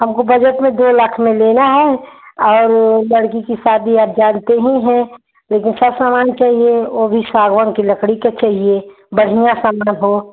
हमको बजट में दो लाख में लेना है और वो लड़की की शादी आप जानते ही हैं लेकिन सब सामान चाहिए ओ भी सागवन की लकड़ी के चाहिए बढ़ियां सामान हो